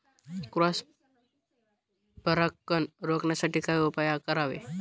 Cross परागकण रोखण्यासाठी काय उपाय करावे?